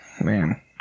Man